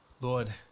Lord